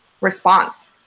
response